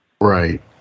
right